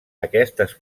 aquestes